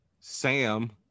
sam